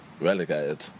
relegated